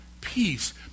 peace